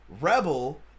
Rebel